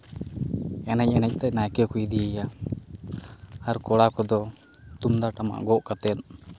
ᱮᱱᱮᱡᱽ ᱮᱱᱮᱡᱽᱛᱮ ᱱᱟᱭᱠᱮ ᱠᱚ ᱤᱫᱤᱭᱮᱭᱟ ᱟᱨ ᱠᱚᱲᱟ ᱠᱚᱫᱚ ᱛᱩᱢᱫᱟᱜ ᱴᱟᱢᱟᱠ ᱜᱚᱜ ᱠᱟᱛᱮᱫ